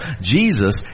Jesus